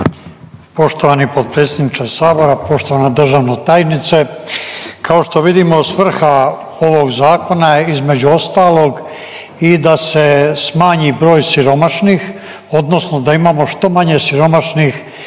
Poštovani potpredsjedniče Sabora, poštovana državna tajnice. Kao što vidimo svrha ovoga zakona je između ostalog i da se smanji broj siromašnih odnosno da imamo što manje siromašnih,